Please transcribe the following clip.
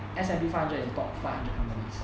S&P five hundred and top five hundred companies